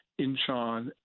incheon